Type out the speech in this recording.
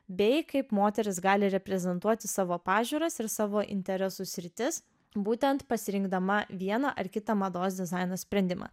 bei kaip moteris gali reprezentuoti savo pažiūras ir savo interesų sritis būtent pasirinkdama vieną ar kitą mados dizaino sprendimą